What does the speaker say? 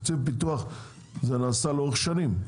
זה נעשה לאורך שנים.